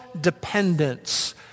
dependence